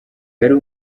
yari